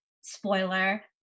spoiler